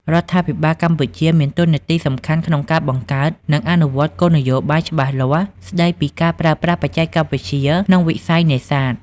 រដ្ឋាភិបាលកម្ពុជាមានតួនាទីសំខាន់ក្នុងការបង្កើត និងអនុវត្តគោលនយោបាយច្បាស់លាស់ស្ដីពីការប្រើប្រាស់បច្ចេកវិទ្យាក្នុងវិស័យនេសាទ។